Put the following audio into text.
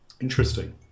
Interesting